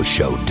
Show